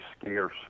scarce